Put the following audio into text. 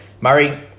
Murray